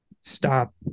stop